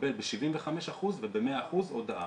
מקבל ב-75% וב-100% הודעה.